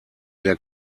der